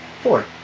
Four